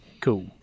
cool